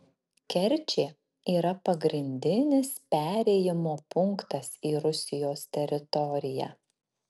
kerčė yra pagrindinis perėjimo punktas į rusijos teritoriją